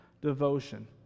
devotion